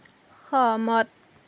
সহমত